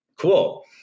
Cool